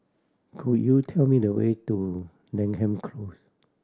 could you tell me the way to Denham Close